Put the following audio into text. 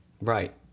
Right